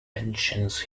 mentions